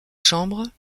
chambres